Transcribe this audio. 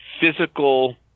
physical